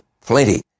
plenty